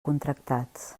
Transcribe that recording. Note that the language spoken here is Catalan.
contractats